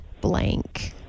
blank